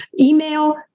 email